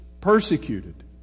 persecuted